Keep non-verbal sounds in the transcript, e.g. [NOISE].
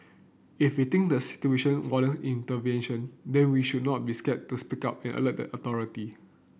if we think the situation [UNINTELLIGIBLE] intervention then we should not be scared to speak up and alert the authority